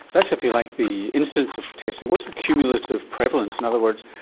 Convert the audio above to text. that's, if you like, the instance of testing. what's the cumulative prevalence, in other words,